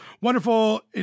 wonderful